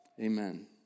Amen